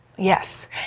Yes